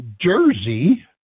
Jersey